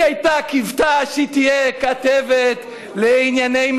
היא קיוותה שהיא תהיה כתבת לענייני,